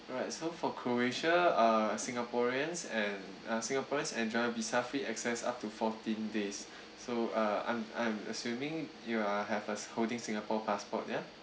alright so for croatia uh singaporeans and uh singaporeans enjoy visa free access up to fourteen days so uh I'm I'm assuming you are have a holding singapore passport ya